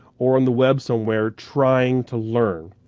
or on the web somewhere trying to learn.